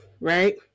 right